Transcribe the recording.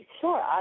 sure